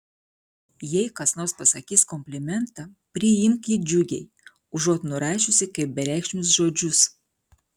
jei kas nors pasakys komplimentą priimk jį džiugiai užuot nurašiusi kaip bereikšmius žodžius